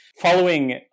following